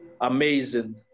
amazing